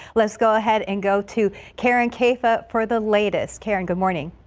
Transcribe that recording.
let's go ahead and go to karen caifa for the latest karen good morning.